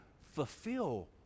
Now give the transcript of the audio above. fulfill